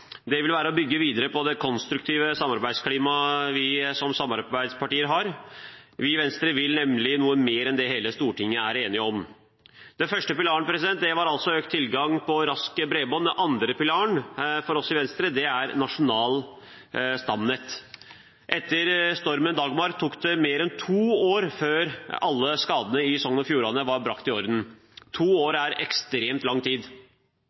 Det vil være å bygge videre på det konstruktive samarbeidsklimaet vi som samarbeidspartier har. Vi i Venstre vil nemlig noe mer enn det hele Stortinget er enig i. Den første pilaren var altså økt tilgang på raskt bredbånd. Den andre pilaren er for oss i Venstre nasjonalt stamnett. Etter stormen «Dagmar» tok det mer enn to år før alle skadene i Sogn og Fjordane var brakt i orden. To år er ekstremt lang tid.